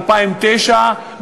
2009,